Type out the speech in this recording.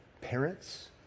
parents